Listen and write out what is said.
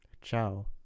ciao